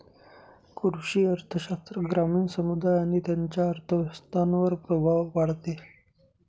कृषी अर्थशास्त्र ग्रामीण समुदाय आणि त्यांच्या अर्थव्यवस्थांवर प्रभाव पाडते